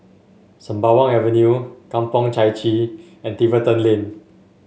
Sembawang Avenue Kampong Chai Chee and Tiverton Lane